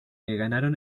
ganaron